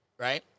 Right